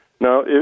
Now